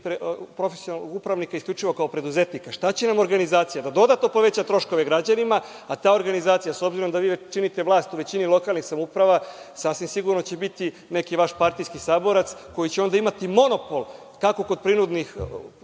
profesionalnog upravnika isključivo kao preduzetnika? Šta će nam organizacija? Da dodatno poveća troškove građanima, a ta organizacija, s obzirom da vi činite vlast u većini lokalnih samouprava, sasvim sigurno će biti neki vaš partijski saborac koji će onda imati monopol, kako kod prinudne